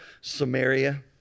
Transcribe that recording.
Samaria